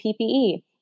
PPE